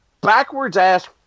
backwards-ass